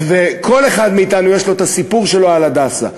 וכל אחד מאתנו יש לו הסיפור שלו על "הדסה",